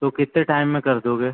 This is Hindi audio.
तो कितने टाइम में कर दोगे